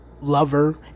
lover